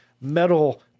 metal